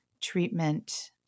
treatment